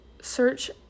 search